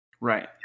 Right